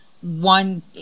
one